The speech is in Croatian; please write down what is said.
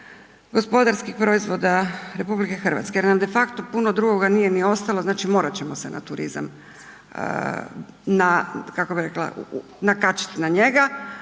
gospodarskih proizvoda RH jer nam de facto puno drugoga nije ni ostalo, znači morati ćemo se na turizam, na, kako